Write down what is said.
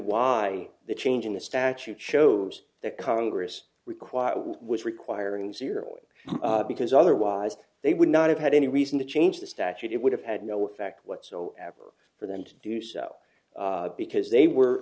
why the change in the statute shows that congress require which require an zero because otherwise they would not have had any reason to change the statute it would have had no effect whatsoever for them to do so because they were